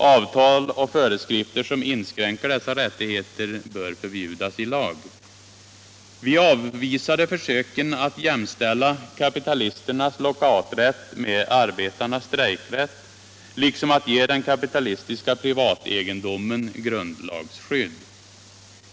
Avtal eller föreskrifter, som inskränker dessa rättigheter, bör förbjudas i lag. Vi avvisade försöken att jämställa kapitalisternas lockouträtt med arbetarnas strejkrätt liksom att ge den kapitalistiska privategendomen grundlagsskydd.